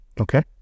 Okay